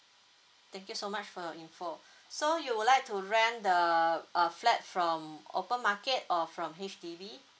thank you so much for your info so you would like to rent the a flat from open market or from H_D_B